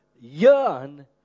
yearn